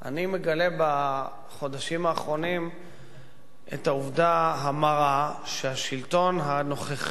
אני מגלה בחודשים האחרונים את העובדה המרה שהשלטון הנוכחי,